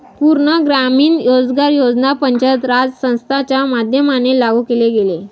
पूर्ण ग्रामीण रोजगार योजना पंचायत राज संस्थांच्या माध्यमाने लागू केले गेले